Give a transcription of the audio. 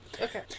Okay